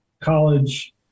college